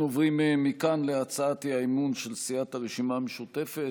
אנחנו עוברים מכאן להצעת האי-אמון של סיעת הרשימה המשותפת,